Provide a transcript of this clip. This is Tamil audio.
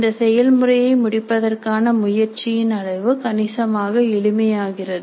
இந்த செயல்முறையை முடிப்பதற்கான முயற்சியின் அளவு கணிசமாக எளிமையாகிறது